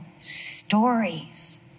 stories